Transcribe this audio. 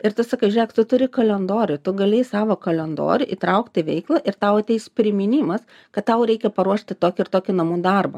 ir tu sakai žiūrėk tu turi kalendorių tu gali į savo kalendorių įtraukti į veiklą ir tau ateis priminimas kad tau reikia paruošti tokį ir tokį namų darbą